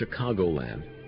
Chicagoland